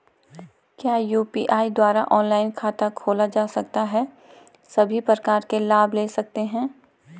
क्या यु.पी.आई द्वारा ऑनलाइन खाता खोला जा सकता है सभी प्रकार के लाभ ले सकते हैं?